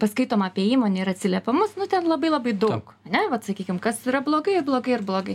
paskaitom apie įmonę ir atsiliepimus nu ten labai labai daug ane vat sakykim kas yra blogai blogai ir blogai